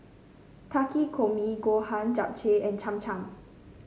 Takikomi Gohan Japchae and Cham Cham